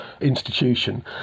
institution